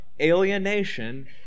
alienation